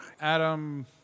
Adam